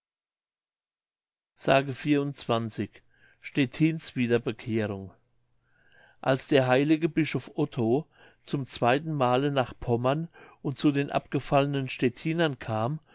s stettins wiederbekehrung als der heilige bischof otto zum zweiten male nach pommern und zu den abgefallenen stettinern kam